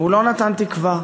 ולא נתן תקווה.